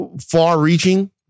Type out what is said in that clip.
far-reaching